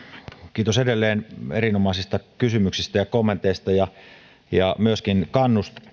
kiitos edelleen erinomaisista kysymyksistä ja kommenteista ja ja myöskin kannusteista